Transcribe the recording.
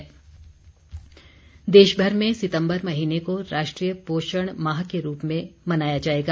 पोषण देशभर में सितम्बर महीने को राष्ट्रीय पोषण माह के रूप में मनाया जाएगा